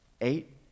eight